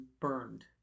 burned